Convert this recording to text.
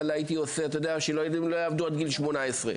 הייתי עושה שילדים לא יעבדו עד גיל 18,